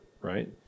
right